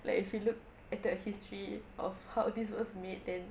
like if you look at the history of how this was made then